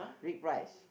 with prize